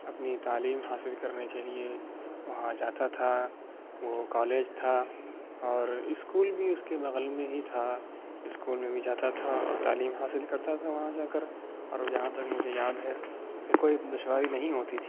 اپنی تعلیم حاصل کرنے کے لیے وہاں جاتا تھا وہ کالج تھا اور اسکول بھی اس کے بغل میں ہی تھا اسکول میں بھی جاتا تھا اور تعلیم حاصل کرتا تھا وہاں جا کر اور جہاں تک مجھے یاد ہے کہ کوئی دشواری نہیں ہوتی تھی